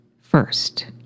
first